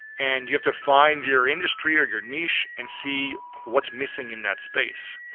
and you have to find your industry or your niche, and see what's missing in that space?